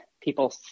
people